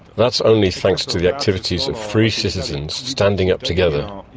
that's only thanks to the activities of free citizens standing up together,